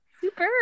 super